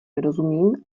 nerozumím